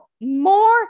more